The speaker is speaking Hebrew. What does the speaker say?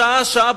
שעה-שעה,